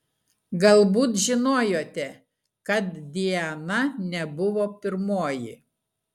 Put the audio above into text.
galbūt žinojote kad diana nebuvo pirmoji